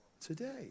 today